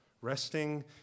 Resting